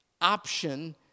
option